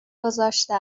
گذاشته